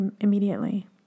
immediately